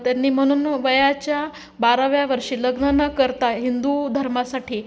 त्यांनी म्हणून वयाच्या बाराव्या वर्षी लग्न न करता हिंदू धर्मासाठी